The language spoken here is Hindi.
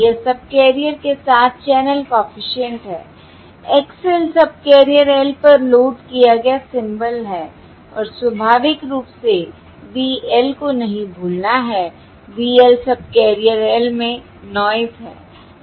यह सबकैरियर के साथ चैनल कॉफिशिएंट है X l सबकैरियर l पर लोड किया गया सिंबल है और स्वाभाविक रूप से V l को नहीं भूलना है V l सबकैरियर l में नॉयस है